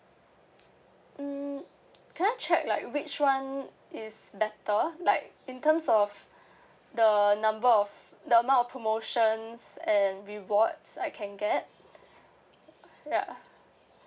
um can I check like which one is better like in terms of the number of the amount of promotions and rewards I can get ya